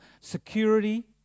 security